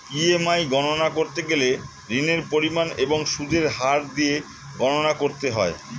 EMI গণনা করতে গেলে ঋণের পরিমাণ এবং সুদের হার দিয়ে গণনা করতে হয়